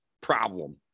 problem